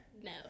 no